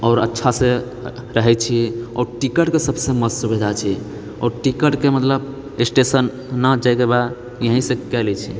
आओर अच्छासँ छियै आओर टिकटके सबसँ मस्त सुविधा छै आओर टिकटके मतलब स्टेशन नहि जाएके लेल एहिठामसँ कए लए छियै